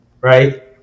Right